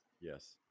Yes